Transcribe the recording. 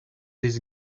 this